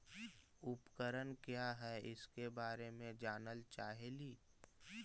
उपकरण क्या है इसके बारे मे जानल चाहेली?